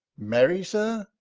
merry, sir!